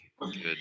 good